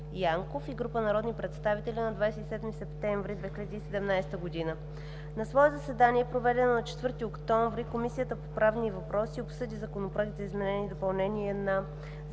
и група народни представители на 27 септември 2017 г. На свое заседание, проведено на 4 октомври 2017 г., Комисията по правни въпроси обсъди Законопроект за изменение и допълнение на